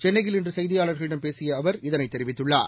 சென்னையில் இன்று செய்தியாளர்களிடம் பேசிய அவர் இதனை தெரிவித்துள்ளார்